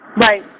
right